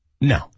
No